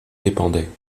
dépendait